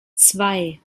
zwei